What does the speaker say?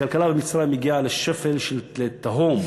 הכלכלה במצרים הגיעה לשפל, לתהום.